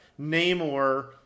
Namor